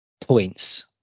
points